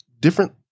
different